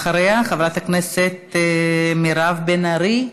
אחריה, חברת הכנסת מירב בן ארי,